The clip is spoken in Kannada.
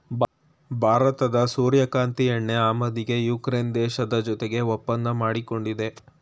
ಭಾರತದ ಸೂರ್ಯಕಾಂತಿ ಎಣ್ಣೆ ಆಮದಿಗೆ ಉಕ್ರೇನ್ ದೇಶದ ಜೊತೆಗೆ ಒಪ್ಪಂದ ಮಾಡ್ಕೊಂಡಿದೆ